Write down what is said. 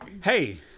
Hey